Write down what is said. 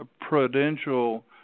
prudential